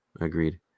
Agreed